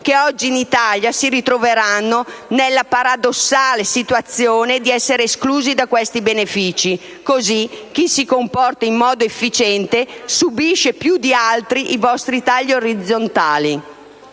che oggi in Italia si ritrovano nella paradossale situazione di essere esclusi da questi benefici; così, chi si comporta in modo efficiente, subisce più di altri i vostri tagli orizzontali!